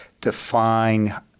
define